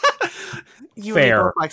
Fair